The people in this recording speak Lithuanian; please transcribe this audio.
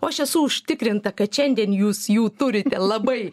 o aš esu užtikrinta kad šiandien jūs jų turite labai